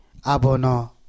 Abono